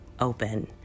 open